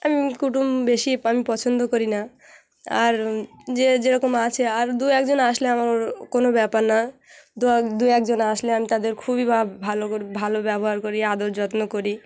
আমি কুটুম বেশি আমি পছন্দ করি না আর যে যেরকম আছে আর দুএকজন আসলে আমার কোনো ব্যাপার না দুএকজন আসলে আমি তাদের খুবই ভা ভালো করে ভালো ব্যবহার করি আদর যত্ন করি